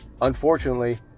unfortunately